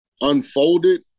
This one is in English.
unfolded